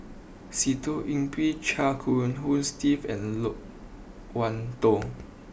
Sitoh Yih Pin Chia Hong Steve and Loke Wan Tho